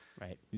Right